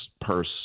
purse